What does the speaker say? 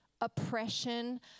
oppression